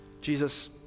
Jesus